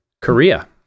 Korea